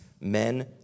Men